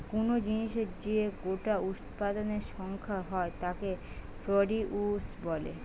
কুনো জিনিসের যে গোটা উৎপাদনের সংখ্যা হয় তাকে প্রডিউস বলে